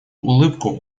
улыбку